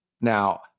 Now